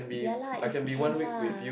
ya lah if can lah